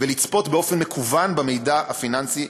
ולצפות באופן מקוון במידע הפיננסי.